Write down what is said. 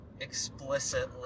explicitly